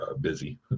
busy